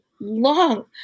long